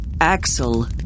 Axel